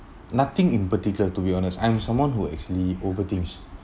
nothing in particular to be honest I am someone who actually overthinks